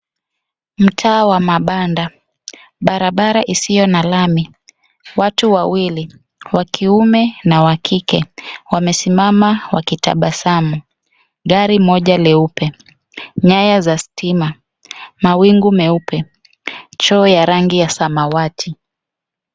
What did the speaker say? Mtaa wa mabanda, barabara isiyo na lami, watu wawili, wa kiume na wa kike wamesimama wakitabasamu, gari moja leupe, nyaya za stima, mawingu meupe, choo ya rangi ya samawati.